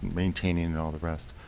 maintaining, and all the rest,